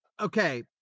Okay